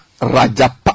Rajapak